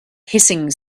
hissing